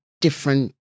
different